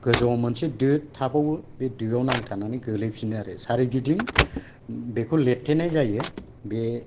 गोजौआव मोनसे दो थाबावो दोआव नांथानानै गोग्लैफिनो आरो सारिगिदिं बेखौ लिरथेनाय जायो बे